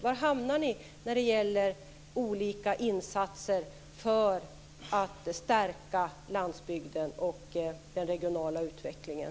Var hamnar ni när det gäller olika insatser för att stärka landsbygden och den regionala utvecklingen?